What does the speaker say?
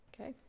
Okay